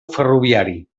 ferroviari